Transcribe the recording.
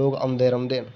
लोग औंदे रौहंदे न